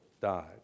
died